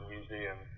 Museum